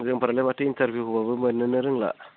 जोंफ्रालाय माथो इन्टारभिउ होब्लाबो मोननोनो रोंला